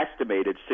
estimated